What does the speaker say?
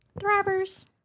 Thrivers